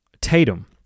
Tatum